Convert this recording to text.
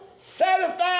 satisfied